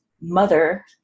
mother